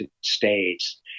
States